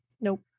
Nope